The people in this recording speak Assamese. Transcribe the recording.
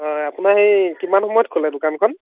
অঁ আপোনাৰ সেই কিমান সময়ত খোলে দোকানখন